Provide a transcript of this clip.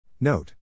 Note